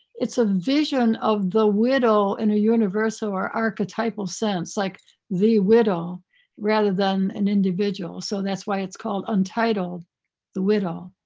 it's a vision of the widow in a universal or archetypal sense, like the widow rather than an individual. so that's why it's called untitled the widow.